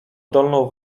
dolną